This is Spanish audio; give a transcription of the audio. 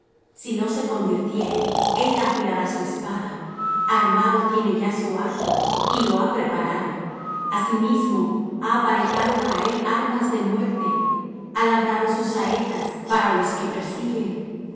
si no se convirtiere él afilará su espada armado tiene ya su arco y lo ha preparado asimismo ha aparejado para él armas de muerte ha labrado sus saetas para los que persiguen